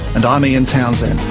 and i'm ian townsend